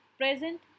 present